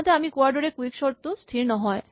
আনহাতে আমি কোৱাৰ দৰে কুইকচৰ্ট টো স্হিৰ নহয়